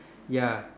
ya